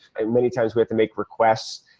ah many times we have to make requests.